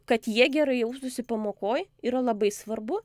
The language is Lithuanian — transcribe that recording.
kad jie gerai jaustųsi pamokoj yra labai svarbu